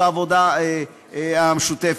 בעבודה המשותפת.